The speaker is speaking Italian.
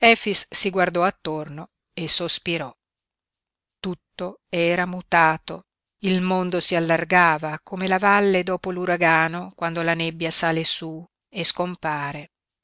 si guardò attorno e sospirò tutto era mutato il mondo si allargava come la valle dopo l'uragano quando la nebbia sale su e scompare